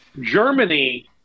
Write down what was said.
Germany